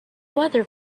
weather